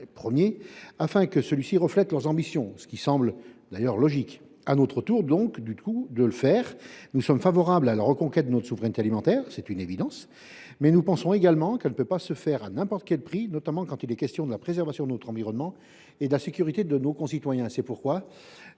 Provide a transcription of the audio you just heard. titre I afin que celui ci reflète leurs ambitions, ce qui semble d’ailleurs logique. À notre tour, donc, de le faire ! Nous sommes favorables à la reconquête de notre souveraineté alimentaire – c’est une évidence –, mais nous pensons que celle ci ne saurait advenir à n’importe quel prix, notamment au regard de la préservation de notre environnement et de la sécurité de nos concitoyens. C’est pourquoi,